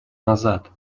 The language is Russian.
назад